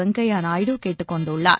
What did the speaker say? வெங்கையா நாயுடு கேட்டுக் கொண்டுள்ளார்